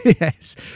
Yes